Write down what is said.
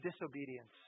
disobedience